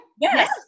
Yes